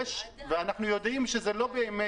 אנחנו יודעים שזה לא באמת